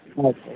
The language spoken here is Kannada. ಆಯ್ತು ಆಯ್ತು